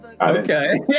okay